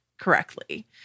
correctly